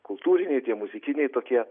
kultūriniai muzikiniai tokie